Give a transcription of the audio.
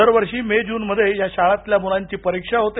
दरवर्षी मे जूनमध्ये या शाळांतल्या म्लांची परिक्षा होते